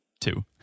two